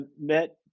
met